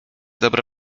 dobre